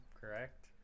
correct